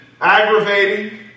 aggravating